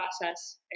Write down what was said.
process